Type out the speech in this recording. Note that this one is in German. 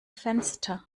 fenster